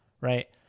right